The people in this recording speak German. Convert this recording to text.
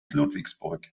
ludwigsburg